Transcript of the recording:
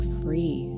free